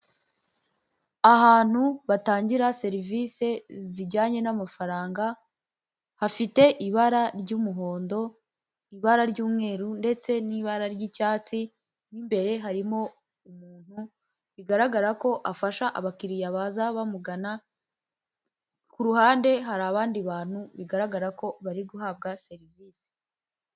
Ahantu batangira serivisi zijyanye n'amafaranga hafite ibara ry'umuhondo, ibara ry'umweru ndetse n'ibara ry'icyatsi n'imbere harimo umuntu bigaragara ko afasha abakiriya baza bamugana ku ruhande hari abandi bantu bigaragara ko bari guhabwa serivisi.